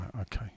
okay